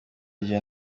gihe